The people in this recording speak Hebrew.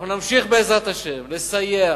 אנחנו נמשיך, בעזרת השם, לסייע,